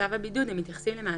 שבצו הבידוד מתייחסים למעסיק,